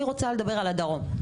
אני רוצה לדבר על הדרום.